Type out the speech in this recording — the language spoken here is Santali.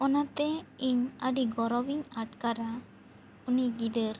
ᱚᱱᱟ ᱛᱮ ᱤᱧ ᱟᱹᱰᱤ ᱜᱚᱨᱚᱵᱽ ᱤᱧ ᱟᱴᱠᱟᱨᱟ ᱩᱱᱤ ᱜᱤᱫᱟᱹᱨ